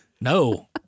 No